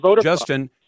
Justin